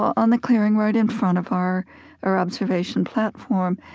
on the clearing right in front of our our observation platform.